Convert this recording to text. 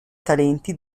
talenti